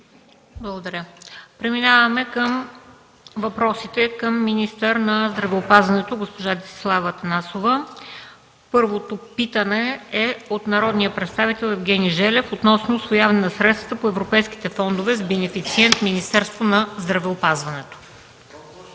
Благодаря. Преминаваме към въпросите към министъра на здравеопазването госпожа Десислава Атанасова. Първото питане е от народния представител Евгений Желев относно усвояване на средствата по европейските фондове с бенефициент Министерството на здравеопазването. Заповядайте,